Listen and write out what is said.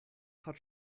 hat